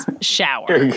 shower